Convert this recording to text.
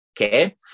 okay